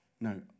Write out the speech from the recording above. No